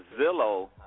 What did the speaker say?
Zillow